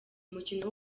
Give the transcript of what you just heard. mukino